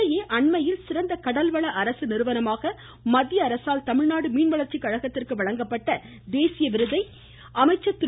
இதனிடையே அண்மையில் சிறந்த கடல்வள அரசு நிறுவனமாக மத்திய அரசால் தமிழ்நாடு மீன்வளர்ச்சிக் கழகத்திற்கு வழங்கப்பட்ட தேசிய விருதை அமைச்சர் திரு